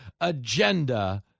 agenda